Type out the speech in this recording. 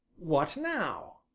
what now?